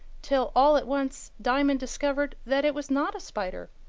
till all at once diamond discovered that it was not a spider,